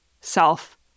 self